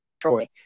Troy